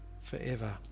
forever